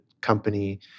company